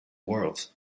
world